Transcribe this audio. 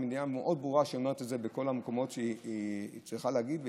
עם אמירה מאוד ברורה שהיא אומרת בכל המקומות שהיא צריכה להגיד,